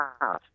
half